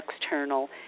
external